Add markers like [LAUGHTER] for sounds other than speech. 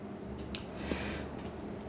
[BREATH]